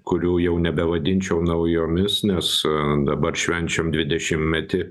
kurių jau nebevadinčiau naujomis nes dabar švenčiam dvidešimtmetį